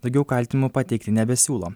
daugiau kaltinimų pateikti nebesiūlo